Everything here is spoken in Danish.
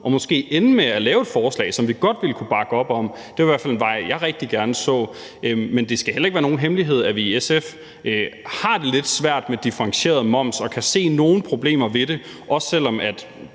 man måske kan ende med at lave et forslag, som vi godt ville kunne bakke op om. Det er i hvert fald en vej, jeg rigtig gerne så man gik. Men det skal heller ikke være nogen hemmelighed, at vi i SF har det lidt svært med differentieret moms og kan se nogle problemer ved det, også selv om